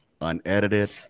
unedited